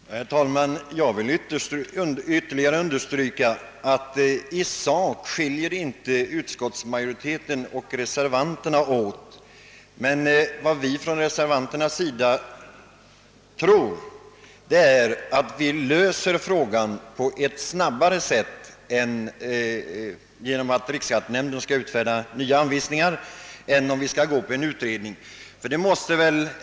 Herr talman! Jag vill ytterligare understryka att utskottsmajoriteten och reservanterna inte skiljer sig så mycket i sak. Vi reservanter tror emellertid att vi löser frågan på ett snabbare sätt genom att riksskattenämnden ger anvisningar än om vi skall gå in för en utredning.